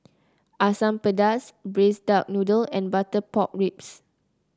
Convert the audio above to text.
Asam Pedas Braised Duck Noodle and Butter Pork Ribs